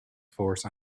force